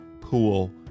pool